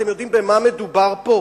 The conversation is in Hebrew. אתם יודעים במה מדובר פה?